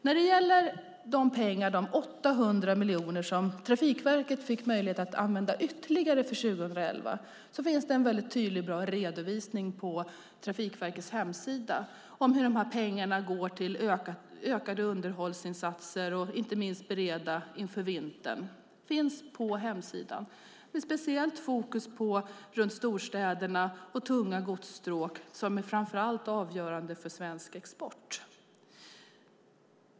När det gäller de ytterligare 800 miljoner som Trafikverket fick möjlighet att använda för 2011 finns det en väldigt tydlig och bra redovisning på Trafikverkets hemsida. Där kan man se hur dessa pengar går till ökade underhållsinsatser och inte minst till att bereda inför vintern med speciellt fokus runt storstäderna och de tunga godsstråk som framför allt är avgörande för svensk export.